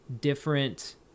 different